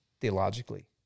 theologically